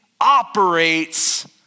operates